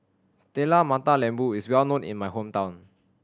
Telur Mata Lembu is well known in my hometown